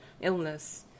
illness